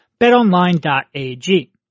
betonline.ag